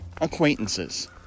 Acquaintances